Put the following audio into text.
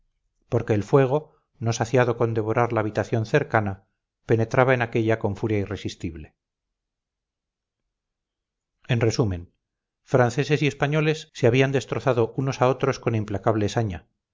porque el fuego no saciado con devorar la habitación cercana penetraba en aquella con furia irresistible en resumen franceses y españoles se habían destrozado unos a otros con implacable saña